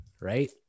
Right